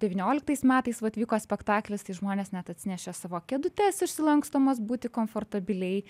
devynioliktais metais vat vyko spektaklis tai žmonės net atsinešė savo kėdutes išsilankstomas būti komfortabiliai